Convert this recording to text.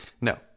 No